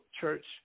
church